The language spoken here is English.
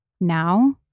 now